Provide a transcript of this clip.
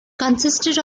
consisted